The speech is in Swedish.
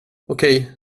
okej